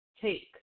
take